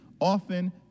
often